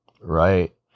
right